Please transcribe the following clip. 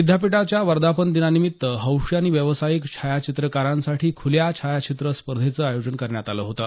विद्यापीठाच्या वर्धापनदिनानिमित्त हौशी आणि व्यवसायिक छायाचीत्रकारांसाठी खुल्या छायाचित्र स्पर्धेचे आयोजन करण्यात आलं होतं